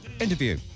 interview